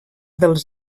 dels